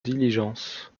diligence